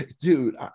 dude